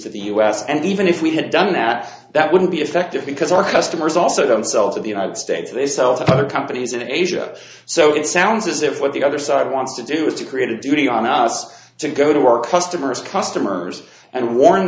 to the u s and even if we had done that that would be effective because our customers also themselves of the united states they sell to other companies in asia so it sounds as if what the other side wants to do is to create a duty on us to go to our customers customers and warn